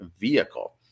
vehicle